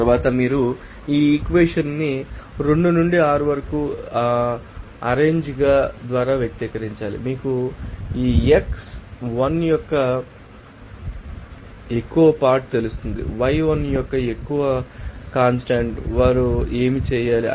తరువాత మీరు ఈ ఈక్వేషన్ ాన్ని 2 నుండి 6 వరకు రి అరెన్జిoగ్ ద్వారా వ్యక్తీకరించాలి మీకు x1యొక్క ఎక్కువ పార్ట్ తెలుసు y1 యొక్క ఎక్కువ కాన్స్టాంట్ వారు ఏమి చేయాలి